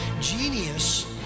Genius